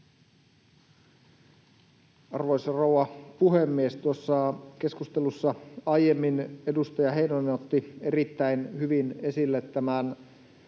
Arvoisa rouva puhemies! Tuossa keskustelussa aiemmin edustaja Heinonen otti erittäin hyvin esille tämän